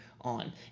on